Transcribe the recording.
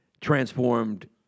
transformed